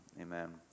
amen